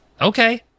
okay